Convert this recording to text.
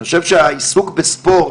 אני חושב שהעיסוק בספורט,